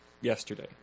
Yesterday